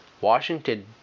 Washington